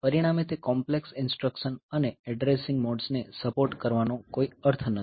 પરિણામે તે complex instruction અને એડ્રેસિંગ મોડ્સને સપોર્ટ કરવાનો કોઈ અર્થ નથી